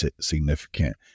significant